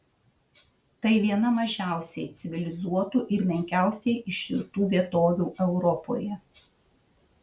tai viena mažiausiai civilizuotų ir menkiausiai ištirtų vietovių europoje